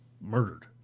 Murdered